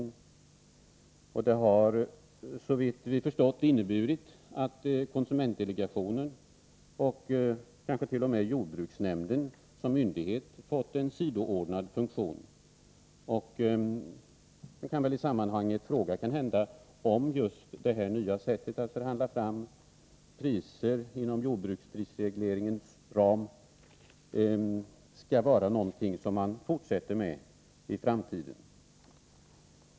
Detta system har, såvitt vi har förstått, inneburit att konsumentdelegationen och kanske t.o.m. jordbruksnämnden som myndighet har fått en sidoordnad funktion. Man kan i sammanhanget ställa frågan om just det här nya sättet att förhandla fram priser inom jordbruksregleringens ram skall vara något som man fortsätter med i framtiden.